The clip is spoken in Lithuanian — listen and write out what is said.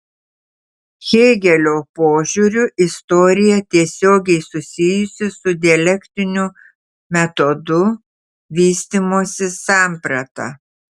hėgelio požiūriu istorija tiesiogiai susijusi su dialektiniu metodu vystymosi samprata